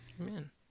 Amen